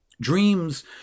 Dreams